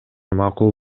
макул